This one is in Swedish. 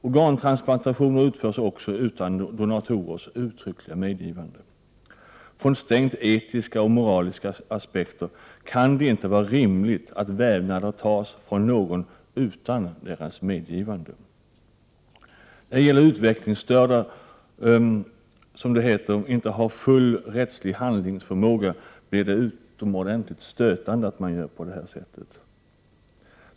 Organtransplantationer utförs också utan donatorers uttryckliga medgivande. Från strängt etiska och moraliska aspekter kan det inte vara rimligt att vävnader tas från någon utan hans eller hennes medgivande. När det gäller utvecklingsstörda, som — vilket det heter — inte har full rättslig handlingsför måga, blir det utomordentligt stötande att man gör på det här sättet.